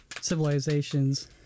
civilizations